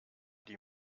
die